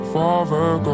Father